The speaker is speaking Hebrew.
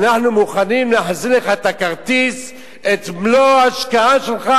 אנחנו מוכנים להחזיר את מלוא ההשקעה שלך